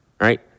right